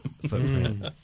footprint